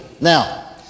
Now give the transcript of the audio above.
now